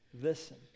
Listen